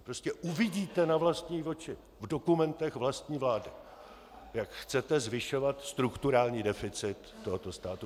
Vy prostě uvidíte na vlastní oči v dokumentech vlastní vlády, jak chcete zvyšovat strukturální deficit tohoto státu.